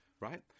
Right